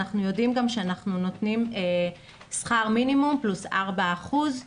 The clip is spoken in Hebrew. אנחנו יודעים גם שאנחנו נותנים שכר מינימום פלוס ארבעה אחוזים